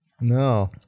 No